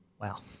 Wow